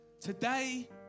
Today